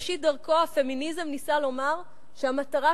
בראשית דרכו הפמיניזם ניסה לומר שהמטרה